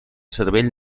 cervell